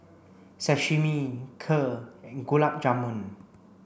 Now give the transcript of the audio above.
Sashimi Kheer and Gulab Jamun